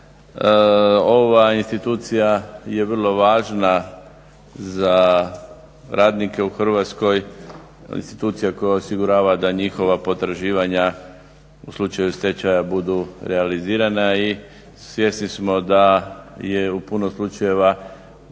ova institucija je vrlo važna za radnike u Hrvatskoj, institucija koja osigurava da njihova potraživanja u slučaju stečaja budu realizirana i svjesni smo da je u puno slučajeva,